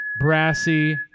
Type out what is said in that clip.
brassy